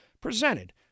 presented